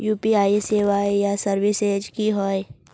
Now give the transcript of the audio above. UPI सेवाएँ या services की होय?